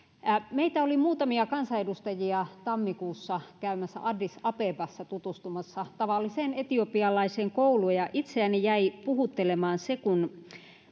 meitä oli muutamia kansanedustajia tammikuussa käymässä addis abebassa tutustumassa tavalliseen etiopialaiseen kouluun itseäni jäi puhuttelemaan se että